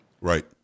Right